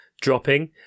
dropping